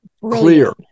Clear